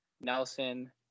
Nelson